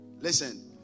Listen